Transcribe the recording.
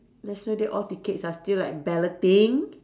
national day all tickets are still like balloting